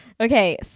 Okay